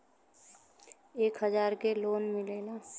एक हजार के लोन मिलेला?